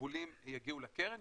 שהתקבולים יגיעו לקרן.